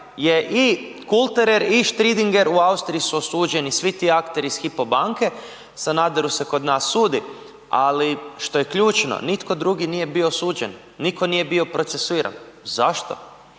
i Kulterer i Striedinger u Austriji su osuđeni svi ti akteri iz Hypo banke, Sanaderu se kod nas sudi ali što je ključno nitko drugi nije bio osuđen, nitko nije bio procesuiran. Zašto?